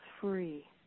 free